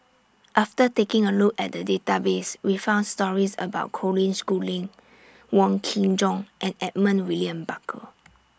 after taking A Look At The Database We found stories about Colin Schooling Wong Kin Jong and Edmund William Barker